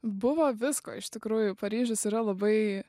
buvo visko iš tikrųjų paryžius yra labai